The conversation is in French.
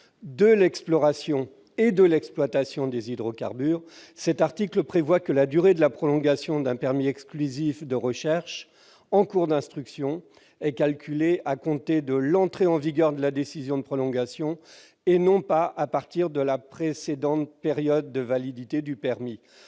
de l'exploration et de l'exploitation des hydrocarbures, cet article prévoit que la durée de la prolongation d'un permis exclusif de recherches en cours d'instruction soit calculée à compter de l'entrée en vigueur de la décision de prolongation, et non pas à partir de la précédente période de validité du permis.